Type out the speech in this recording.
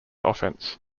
offense